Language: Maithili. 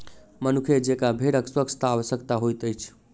मनुखे जेंका भेड़क स्वच्छता आवश्यक होइत अछि